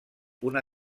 una